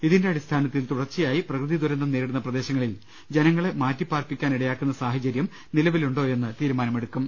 ഇതിന്റെ അടിസ്ഥാന ത്തിൽ തുടർച്ചയായി പ്രകൃതിദുരന്തം നേരിടുന്ന പ്രദേശങ്ങളിൽ ജന ങ്ങളെ മാറ്റിപ്പാർപ്പിക്കാൻ ഇടയാക്കുന്ന സാഹചര്യം നിലവിലുണ്ടോയെന്ന് തീരുമാനമെടുക്കും